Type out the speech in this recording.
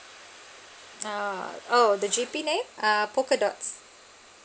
ah oh the G_P name uh polka dots